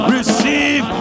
Receive